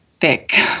thick